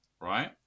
right